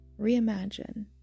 reimagine